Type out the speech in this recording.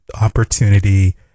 opportunity